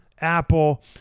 Apple